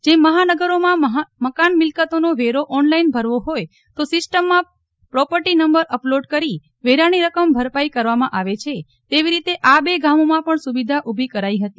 જેમ મહાનગરોમાં મકાન મિલકતોનો વેરો ઓનલાઈન ભરવો હોય તો સિસ્ટમમાં પ્રોપર્ટી નંબર અપલોડ કરી વેરની રકમ ભરપાઈ કરવામાં આવે છે તેવી રીતે આ બે ગામોમાં પણ સુવિધા ઉભી કરાઈ હતી